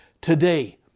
Today